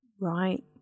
right